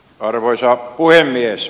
arvoisa puhemies